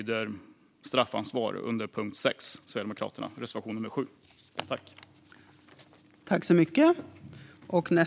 Det handlar om straffansvar. Jag yrkar alltså bifall till Sverigedemokraternas reservation nummer 7 under punkt 6.